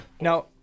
now